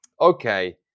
Okay